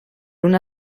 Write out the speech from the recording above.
una